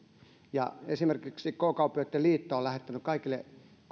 eikö tulla esimerkiksi k kauppiaitten liitto on lähettänyt kaikille